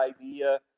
idea